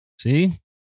See